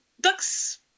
ducks